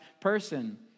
person